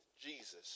Jesus